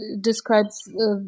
describes